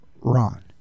Ron